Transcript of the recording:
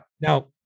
now